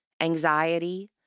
anxiety